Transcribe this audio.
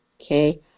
okay